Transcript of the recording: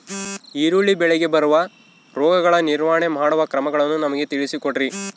ಈರುಳ್ಳಿ ಬೆಳೆಗೆ ಬರುವ ರೋಗಗಳ ನಿರ್ವಹಣೆ ಮಾಡುವ ಕ್ರಮಗಳನ್ನು ನಮಗೆ ತಿಳಿಸಿ ಕೊಡ್ರಿ?